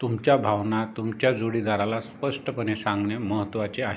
तुमच्या भावना तुमच्या जोडीदाराला स्पष्टपणे सांगणे महत्त्वाचे आहे